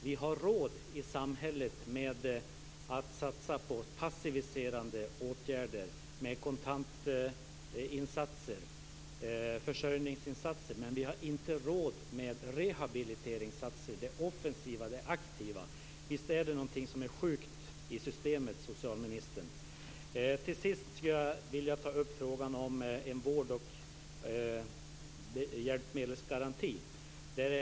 Vi har i vårt samhälle råd att satsa på passiviserande åtgärder med försörjningsinriktning men vi har inte har råd med aktiva rehabiliteringsinsatser. Visst är det något som är sjukt i systemet, socialministern. För det tredje vill jag ta upp frågan om en vårdoch hjälpmedelsgaranti.